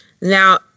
Now